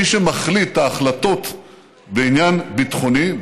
מי שמחליט את ההחלטות בעניין ביטחוני,